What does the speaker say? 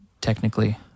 technically